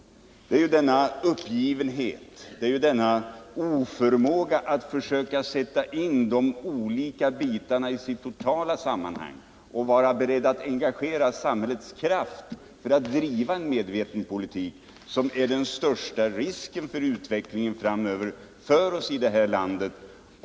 Det är ju denna uppgivenhet, denna oförmåga att försöka sätta in de olika bitarna i det totala sammanhanget och vara beredd att engagera samhällets kraft för att driva en medveten politik som är den största risken för utvecklingen framöver för oss i det här landet.